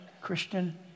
Christian